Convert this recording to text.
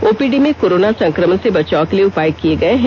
OPD में corona संक्रमण से बचाव के लिए उपाय किये गये हैं